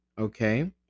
Okay